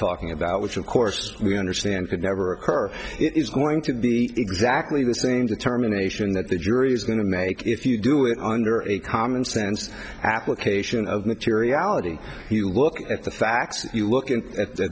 talking about which of course we understand could never occur it is going to be exactly the same determination that the jury is going to make if you do it under a common sense application of materiality you look at the facts you look at what the